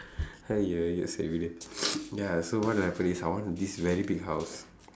!haiya! சரி விடு:sari vidu ya so what will happen is I want this very big house